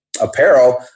apparel